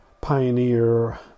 Pioneer